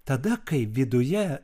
tada kai viduje